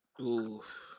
oof